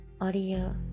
audio